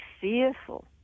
fearful